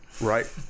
right